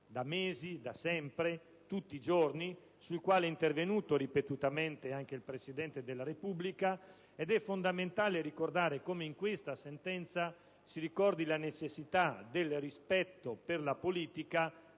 in pratica da sempre, sul quale è intervenuto ripetutamente anche il Presidente della Repubblica. È fondamentale ricordare come in questa sentenza si evidenzi la necessità del rispetto per la politica